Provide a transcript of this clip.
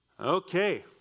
Okay